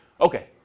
Okay